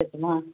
வச்சிவிட்டுமா